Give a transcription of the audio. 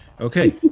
Okay